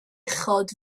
uchod